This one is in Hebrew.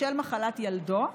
בשל מחלת ילדו,